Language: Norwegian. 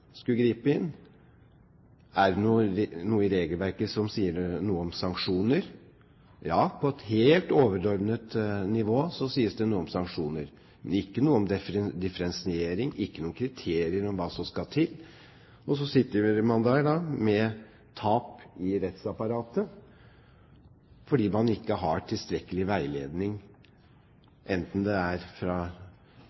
skulle gripe inn? Er det noe i regelverket som sier noe om sanksjoner? Ja, på et helt overordnet nivå sies det noe om sanksjoner, men ikke noe om differensiering, ikke noe om kriterier om hva som skal til. Så sitter man der da med tap i rettsapparatet fordi man ikke har tilstrekkelig veiledning,